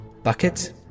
Bucket